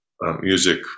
music